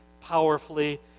powerfully